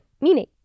meaning